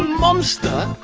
monster